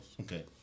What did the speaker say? okay